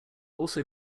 also